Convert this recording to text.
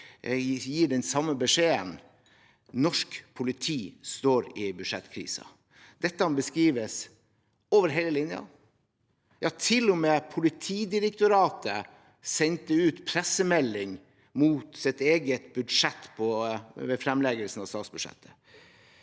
– gir den samme beskjeden: Norsk politi står i en budsjettkrise. Dette er beskrivelsen over hele linjen – ja, til og med Politidirektoratet sendte ut pressemelding mot sitt eget budsjett ved fremleggelsen av statsbudsjettet.